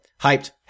hyped